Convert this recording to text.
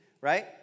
right